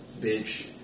bitch